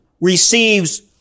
receives